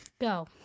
Go